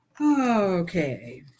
Okay